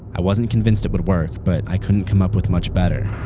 i wasn't convinced it would work but i couldn't come up with much better.